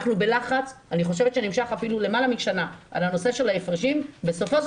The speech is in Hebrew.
אנחנו בלחץ שנמשך למעלה משנה על הנושא של ההפרשים ובסופו של